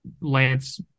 Lance